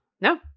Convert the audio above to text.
No